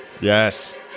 Yes